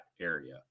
area